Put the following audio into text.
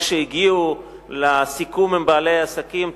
כשהגיעו לסיכום עם בעלי העסקים,